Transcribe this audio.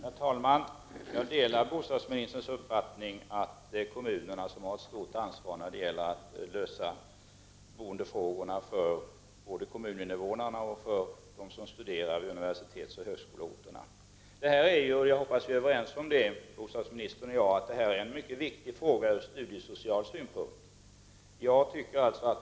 Herr talman! Jag delar bostadsministerns uppfattning att det är kommunerna som har ett stort ansvar när det gäller att lösa boendefrågorna för både kommuninvånarna och dem som studerar i universitetsoch högskoleorterna. Jag hoppas att bostadsministern och jag är överens om att detta är en mycket viktig fråga från studiesocial synpunkt.